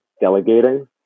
delegating